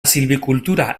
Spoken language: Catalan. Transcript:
silvicultura